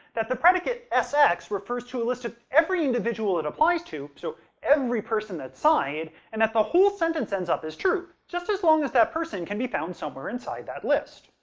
that the predicate sx refers to a list of every individual it applies to so every person that sighed and that the whole sentence ends up as true, just as long as that person can be found somewhere inside that list.